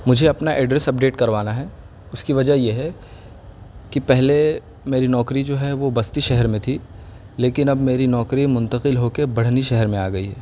مجھے اپنا address update کروانا ہے اس کی وجہ یہ ہے کہ پہلے میری نوکری جو ہے وہ بستی شہر میں تھی لیکن اب میری نوکری منتقل ہو کے بڑھنی شہر میں آ گئی ہے